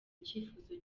icyifuzo